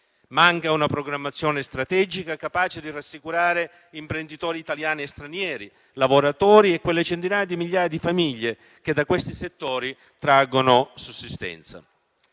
Manca una programmazione strategica capace di rassicurare imprenditori italiani e stranieri, lavoratori e quelle centinaia di migliaia di famiglie che da questi settori traggono sussistenza.